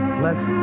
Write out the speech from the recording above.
bless